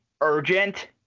urgent